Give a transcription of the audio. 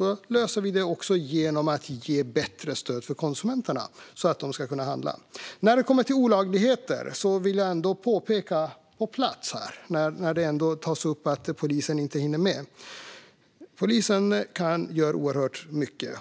är en lösning att ge bättre stöd åt konsumenterna så att de ska kunna handla. När det kommer till olagligheter vill jag, när det ändå tas upp att polisen inte hinner med, peka på att polisen gör oerhört mycket.